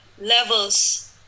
levels